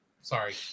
Sorry